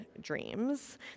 dreams